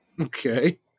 Okay